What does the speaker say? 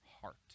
heart